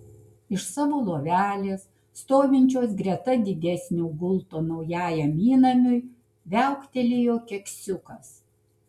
iš savo lovelės stovinčios greta didesnio gulto naujajam įnamiui viauktelėjo keksiukas